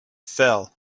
fell